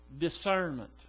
discernment